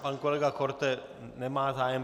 Pan kolega Korte nemá zájem.